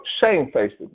Shamefaced